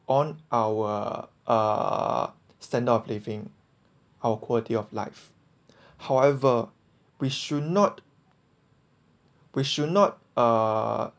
on our uh standard of living our quality of life however we should not we should not uh